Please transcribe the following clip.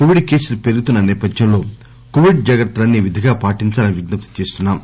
Covid కేసులు పెరుగుతున్న నేపథ్యంలో కోవిడ్ జాగ్రత్తలన్నీ విధిగా పాటిందాలని విజ్ఞప్తి చేస్తున్నాం